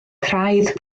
craidd